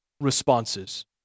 responses